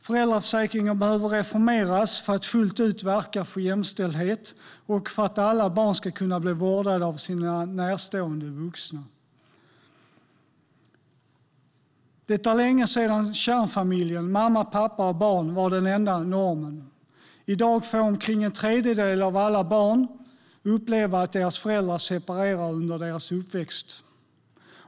Föräldraförsäkringen behöver reformeras för att fullt ut verka för jämställdhet och för att alla barn ska kunna bli vårdade av sina närstående vuxna. Det var länge sedan som kärnfamiljen - mamma, pappa och barn - var den enda normen. I dag får omkring en tredjedel av alla barn uppleva att deras föräldrar separerar under deras uppväxt.